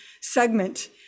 segment